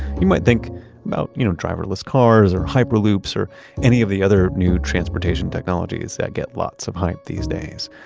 you might think about you know driverless cars or hyperloops or any of the other new transportation technologies that get lots of hype these days.